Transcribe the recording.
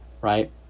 right